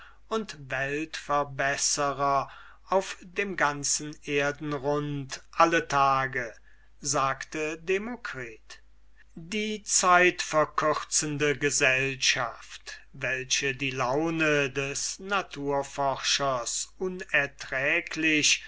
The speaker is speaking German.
und weltverbesserer auf dem ganzen erdenrund alle tage sagte demokritus die zeitverkürzende gesellschaft welche die laune des naturforschers unerträglich